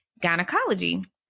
gynecology